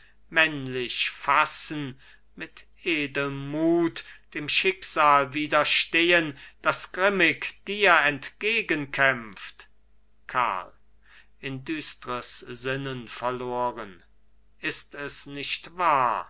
männlich fassen mit edelm mut dem schicksal widerstehen das grimmig dir entgegenkämpft karl in düstres sinnen verloren ist es nicht wahr